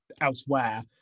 elsewhere